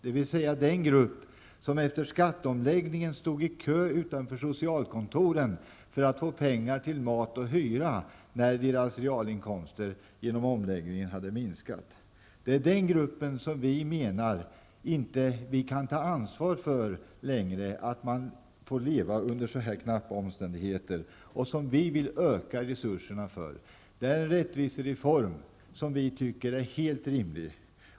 Det är alltså fråga om den grupp som efter skatteomläggningen stod i kö utanför socialkontoren för att få pengar till mat och hyra när deras realinkomster på grund av omläggningen hade minskat. Vi menar att vi inte kan ta ansvar längre för att denna grupp måste leva under så knappa omständigheter. Vi vill öka resurserna för dessa. Det är fråga om en rättvisereform som vi tycker är helt rimlig.